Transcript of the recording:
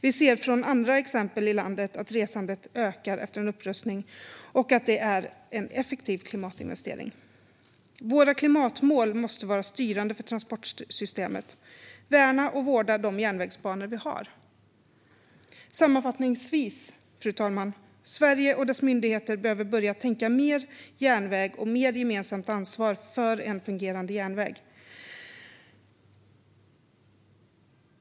Vi ser från andra exempel i landet att resandet ökar efter en upprustning och att det är en effektiv klimatinvestering. Våra klimatmål måste vara styrande för transportsystemet. Värna och vårda de järnvägsbanor vi har! Sammanfattningsvis, fru talman: Sverige och dess myndigheter behöver börja tänka mer järnväg och mer gemensamt ansvar för en fungerande järnväg.